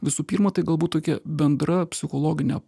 visų pirma tai galbūt tokia bendra psichologinė